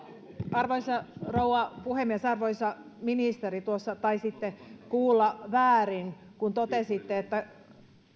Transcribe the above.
arvoisa rouva puhemies arvoisa ministeri tuossa taisitte kuulla väärin kun totesitte